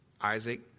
Isaac